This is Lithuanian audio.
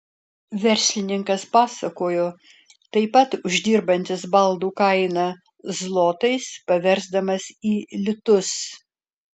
verslininkas pasakojo taip pat uždirbantis baldų kainą zlotais paversdamas į litus